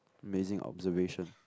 amazing observation